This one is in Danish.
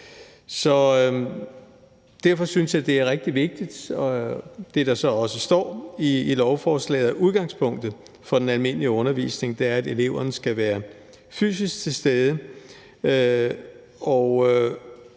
derfor synes jeg, det er rigtig vigtigt – det, der også står i lovforslaget – at udgangspunktet for den almindelige undervisning er, at eleverne skal være fysisk til stede.